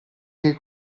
che